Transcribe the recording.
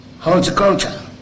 Horticulture